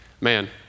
man